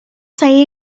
say